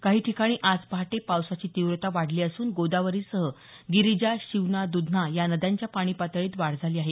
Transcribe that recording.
काही ठिकाणी आज पहाटे पावसाची तीव्रता वाढली असून गोदावरीसह गिरीजा शिवना द्धना या नद्यांच्या पाणीपातळीत वाढ झाली आहे